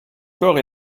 corps